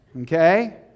Okay